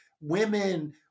women